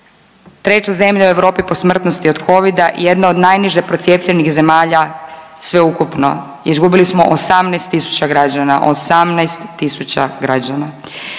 treća zemlja u Europi po smrtnosti od Covida i jedna od najniže procijepljenih zemalja sveukupno. Izgubili smo 18 tisuća građana,